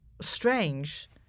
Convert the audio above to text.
strange